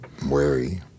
wary